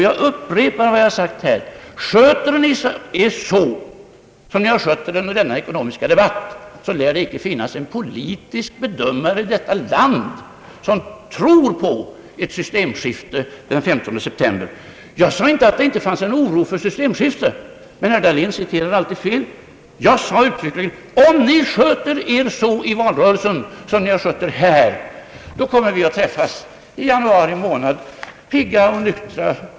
Jag upprepar vad jag sagt, att om ni sköter er så som ni gjort under denna ekonomiska debatt, lär det inte finnas en politisk bedömare i detta land som tror på ett systemskifte den 135 september. Jag sade inte att det inte fanns någon oro för ett systemskifte, men herr Dahlén citerar alltid fel. Jag sade uttryckligen att om ni sköter er så i valrörelsen som ni har skött er här, då kommer vi att träffas i januari igen pig ga och nytra.